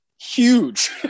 huge